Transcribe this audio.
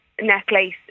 necklace